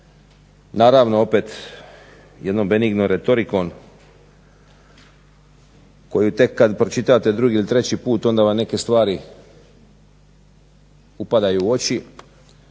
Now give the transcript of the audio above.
Naravno opet jednom benignom retorikom koju tek kad pročitate drugi ili treći put onda vam neke stvari upadaju u oči.